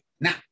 now